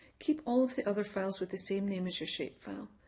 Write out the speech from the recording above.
keep all the other files with the same name as your shape file,